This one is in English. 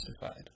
justified